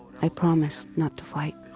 i promise not to fight.